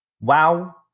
WoW